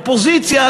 אופוזיציה,